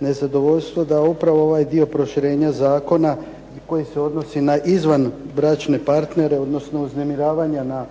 nezadovoljstvo da upravo ovaj dio proširenja zakona koji se odnosi na izvanbračne partnere, odnosno uznemiravanja na